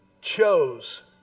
chose